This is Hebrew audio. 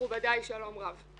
מכובדי שלום רב.